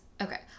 Okay